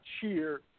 cheer